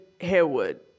Harewood